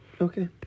Okay